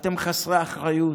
אתם חסרי אחריות,